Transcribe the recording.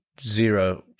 zero